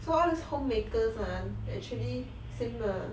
so all these home bakers ah actually same lah